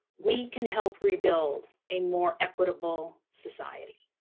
we can help rebuild a more equitable society.